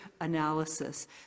analysis